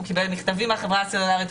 הוא קיבל מכתבים מהחברה הסלולרית.